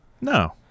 No